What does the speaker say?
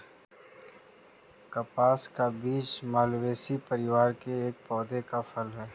कपास का बीज मालवेसी परिवार के एक पौधे का फल है